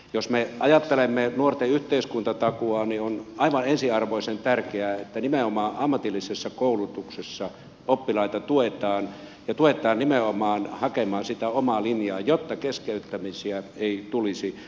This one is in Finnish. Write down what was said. jos me ajattelemme nuorten yhteiskuntatakuuta niin on aivan ensiarvoisen tärkeää että nimenomaan ammatillisessa koulutuksessa oppilaita tuetaan ja tuetaan nimenomaan hakemaan sitä omaa linjaa jotta keskeyttämisiä ei tulisi